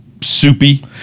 soupy